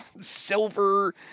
silver